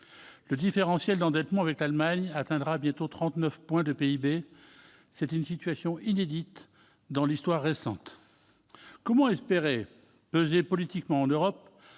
Le différentiel d'endettement avec ce pays atteindra bientôt 39 points de PIB : cette situation est inédite dans l'histoire récente. Comment espérer peser politiquement en Europe